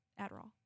Adderall